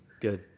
Good